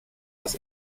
das